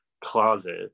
closet